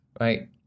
right